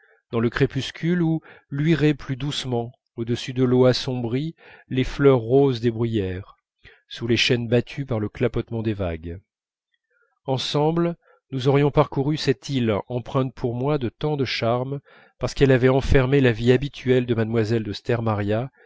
dans le crépuscule où luiraient plus doucement au-dessus de l'eau assombrie les fleurs roses des bruyères sous les chênes battus par le clapotement des vagues ensemble nous aurions parcouru cette île empreinte pour moi de tant de charme parce qu'elle avait enfermé la vie habituelle de mlle de